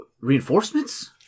reinforcements